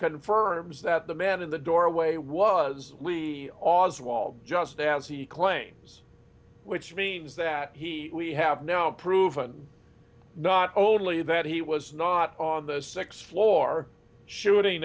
confirms that the man in the doorway was oswald just as he claims which means that we have now proven not only that he was not on the sixth floor shooting